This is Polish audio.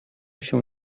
się